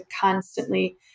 constantly